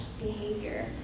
behavior